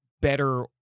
better